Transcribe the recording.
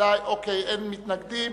אין מתנגדים.